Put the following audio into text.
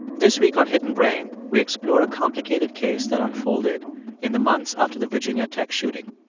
this week on hidden brain, we explore a complicated case that unfolded in the months after the virginia tech shooting.